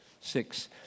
six